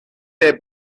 der